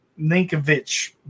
Ninkovich